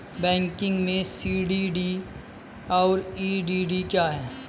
Banking में CDD और EDD क्या हैं?